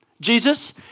Jesus